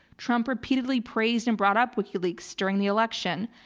trump repeatedly praised and brought up wikileaks during the election.